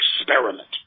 experiment